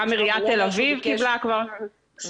גם עיריית תל אביב קיבלה כבר סכומים.